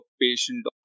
patient